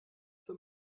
zur